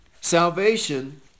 Salvation